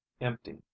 empty